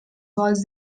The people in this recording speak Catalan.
volts